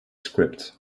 script